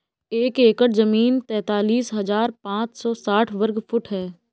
एक एकड़ जमीन तैंतालीस हजार पांच सौ साठ वर्ग फुट है